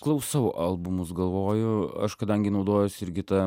klausau albumus galvoju aš kadangi naudojuosi irgi ta